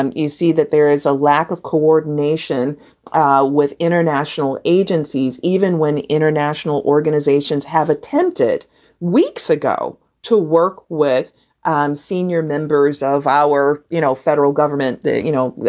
um you see that there is a lack of coordination with international agencies, even when international organizations have attempted weeks ago to work with um senior members of our you know federal government. you know,